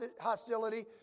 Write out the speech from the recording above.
hostility